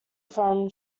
from